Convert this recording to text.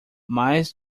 mais